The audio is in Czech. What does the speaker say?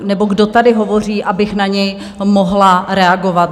nebo kdo tady hovoří, abych na něj mohla reagovat.